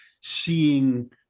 seeing